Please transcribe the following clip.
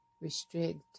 restrict